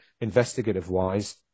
investigative-wise